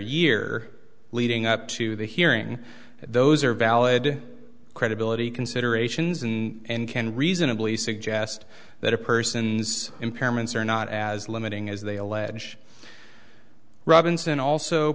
year leading up to the hearing those are valid credibility considerations in and can reasonably suggest that a person's impairments are not as limiting as they allege robinson also